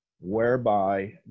whereby